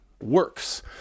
Works